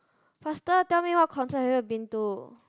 faster tell me what concert have you been to